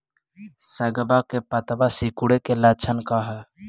सगवा के पत्तवा सिकुड़े के लक्षण का हाई?